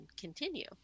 continue